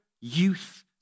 youth